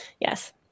Yes